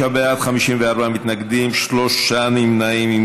35 בעד, 54 מתנגדים, שלושה נמנעים.